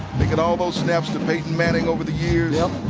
taking all of those snaps to peyton manning over the years. yep.